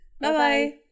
Bye-bye